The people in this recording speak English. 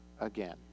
again